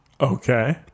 Okay